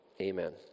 Amen